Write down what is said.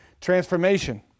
transformation